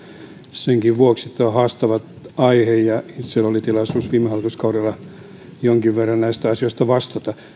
senkin vuoksi että tämä on haastava aihe viime hallituskaudella itselläni oli tilaisuus jonkin verran näistä asioista vastata